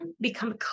become